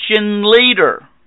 leader